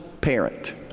parent